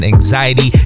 Anxiety